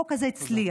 החוק הזה הצליח.